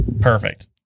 Perfect